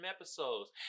episodes